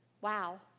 Wow